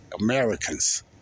Americans